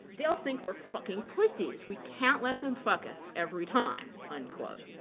they'll think we're fucking pussies. we can't let them fuck us every time, unquote.